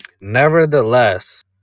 nevertheless